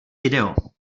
video